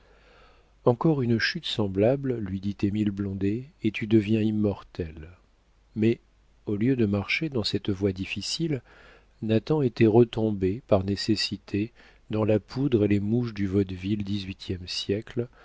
encore une chute semblable lui dit émile blondet et tu deviens immortel mais au lieu de marcher dans cette voie difficile nathan était retombé par nécessité dans la poudre et les mouches du vaudeville dix-huitième siècle